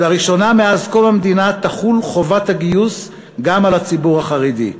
ולראשונה מאז קום המדינה תחול חובת הגיוס גם על הציבור החרדי.